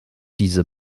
diese